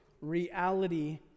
reality